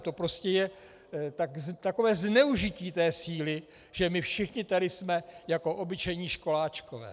To prostě je takové zneužití té síly, že my všichni tady jsme jako obyčejní školáčkové.